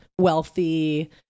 wealthy